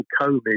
COVID